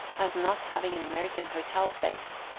as not having an american hotel face.